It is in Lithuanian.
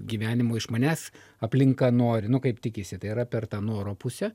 gyvenimo iš manęs aplinka nori nu kaip tikisi tai yra per tą noro pusę